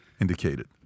indicated